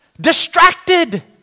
Distracted